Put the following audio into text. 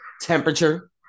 temperature